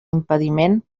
impediment